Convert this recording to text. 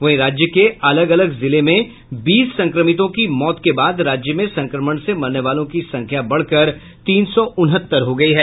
वहीं राज्य के अलग अलग जिले में बीस संक्रमितों की मौत के बाद राज्य में संक्रमण से मरने वालों की संख्या बढ़कर तीन सौ उनहत्तर हो गई है